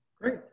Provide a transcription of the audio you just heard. Great